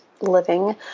living